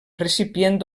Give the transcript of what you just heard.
recipient